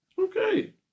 Okay